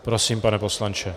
Prosím, pane poslanče.